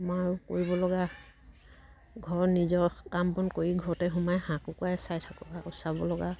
কৰিব লগা ঘৰত নিজৰ কাম বন কৰি ঘৰতে সোমাই হাঁহ কুকুৱাই চাই থাকোঁ চাব লগা